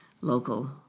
local